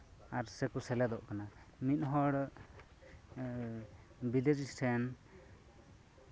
ᱟᱨ ᱥᱮᱠᱚ ᱥᱮᱞᱮᱫᱚᱜ ᱠᱟᱱᱟ ᱢᱤᱫᱦᱚᱲ ᱵᱤᱫᱮᱥᱤ ᱴᱷᱮᱱ